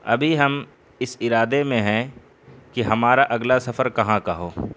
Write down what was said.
ابھی ہم اس ارادے میں ہیں کہ ہمارا اگلا سفر کہاں کا ہو